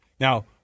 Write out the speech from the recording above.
Now